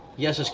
yes,